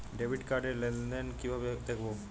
Debit card র লেনদেন কিভাবে দেখবো?